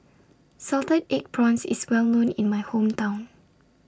Salted Egg Prawns IS Well known in My Hometown